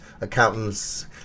accountants